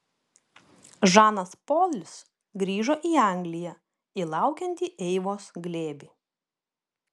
žanas polis grįžo į angliją į laukiantį eivos glėbį